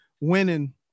winning